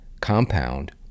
compound